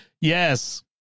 yes